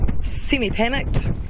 semi-panicked